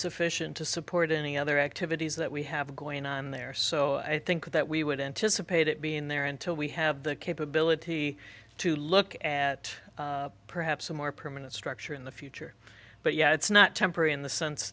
sufficient to support any other activities that we have going on there so i think that we would anticipate it being there until we have the capability to look at perhaps a more permanent structure in the future but yeah it's not temporary in the sense